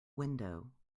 window